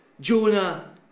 Jonah